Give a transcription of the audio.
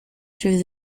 through